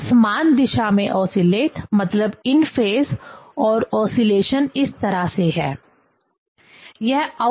तो समान दिशा में ओसीलेट मतलब इन फेज और ओसीलेशन इस तरह से है